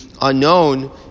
unknown